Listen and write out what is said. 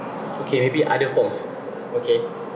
okay maybe other forms okay